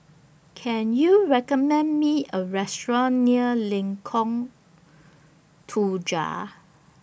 Can YOU recommend Me A Restaurant near Lengkong Tujuh